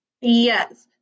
Yes